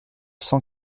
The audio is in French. cent